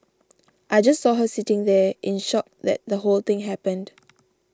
I just saw her sitting there in shock that the whole thing happened